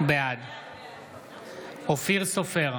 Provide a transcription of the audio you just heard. בעד אופיר סופר,